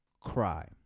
cry